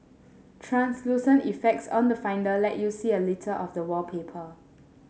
translucent effects on the Finder let you see a little of the wallpaper